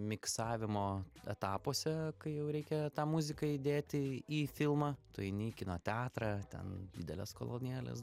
miksavimo etapuose kai jau reikia tą muziką įdėti į filmą tu eini į kino teatrą ten didelės kolonėlės